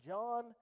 John